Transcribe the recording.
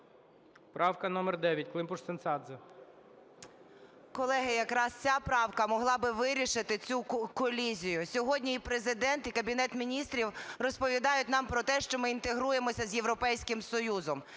Правка номер 9, Климпуш-Цинцадзе.